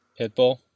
Pitbull